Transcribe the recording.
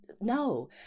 No